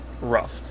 rough